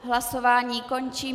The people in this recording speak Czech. Hlasování končím.